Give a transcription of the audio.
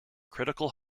critical